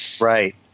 Right